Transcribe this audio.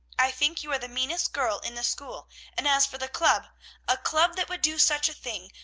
i think you are the meanest girl in the school and as for the club a club that would do such a thing,